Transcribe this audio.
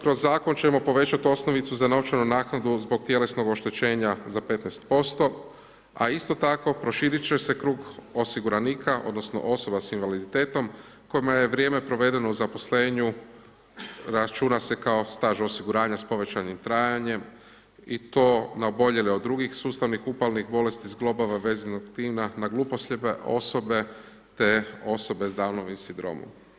Kroz zakon ćemo povećati osnovicu za novčanu naknadu zbog tjelesnog oštećenja za 15% a isto tako proširit će se krug osiguranika odnosno osoba s invaliditetom kojima je vrijeme provedeno u zaposlenju računa se kao staž osiguranja s povećanim trajanjem i to na oboljele od drugih sustavih upalnih bolesti zglobova vezivnog tkiva na gluhoslijepe osobe te osobe s Dawnovim sindromom.